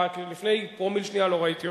לפני פרומיל שנייה לא ראיתי אותך.